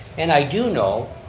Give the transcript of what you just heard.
and i do know